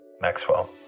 Maxwell